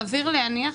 סביר להניח,